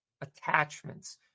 attachments